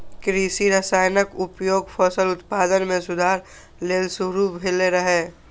कृषि रसायनक उपयोग फसल उत्पादन मे सुधार लेल शुरू भेल रहै